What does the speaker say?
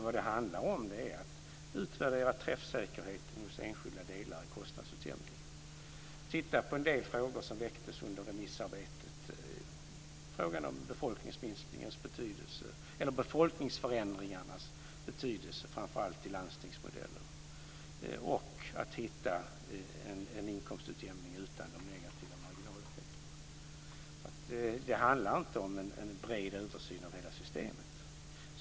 Vad det handlar om är att utvärdera träffsäkerheten hos enskilda delar i kostnadsutjämningen och titta på en del frågor som väcktes under remissarbetet. Det gäller frågan om befolkningsförändringarnas betydelse framför allt i landstingsmodellen och att hitta en inkomstutjämning utan de negativa marginaleffekterna. Det handlar inte om en bred översyn av hela systemet.